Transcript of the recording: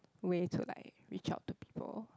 way to like reach out to people